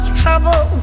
trouble